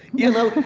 you know,